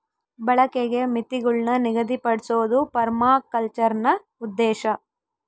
ಬಳಕೆಗೆ ಮಿತಿಗುಳ್ನ ನಿಗದಿಪಡ್ಸೋದು ಪರ್ಮಾಕಲ್ಚರ್ನ ಉದ್ದೇಶ